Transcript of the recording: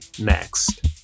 next